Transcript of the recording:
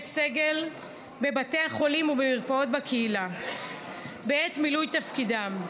סגל בבתי החולים ובמרפאות בקהילה בעת מילוי תפקידם.